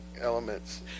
elements